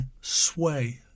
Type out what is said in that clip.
Sway